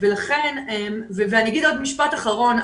אני אומר עוד משפט אחרון.